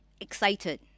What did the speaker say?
excited